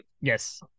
Yes